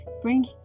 Bring